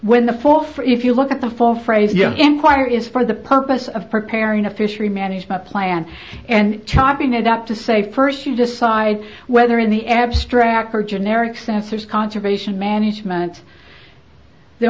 for if you look at the full phrase you inquire is for the purpose of preparing a fishery management plan and chopping it up to say first to decide whether in the abstract or generic sensors conservation management the